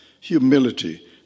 humility